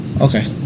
Okay